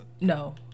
no